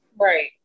Right